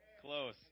Close